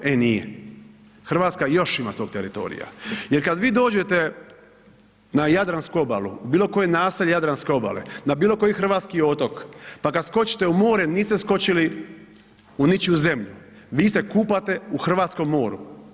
E nije, Hrvatska ima još svog teritorija jer kada vi dođete na Jadransku obalu, bilo koje naselje Jadranske obale, na bilo koji hrvatski otok pa kada skočite u more niste skočili u ničiju zemlju, vi se kupate u hrvatskom moru.